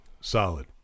solid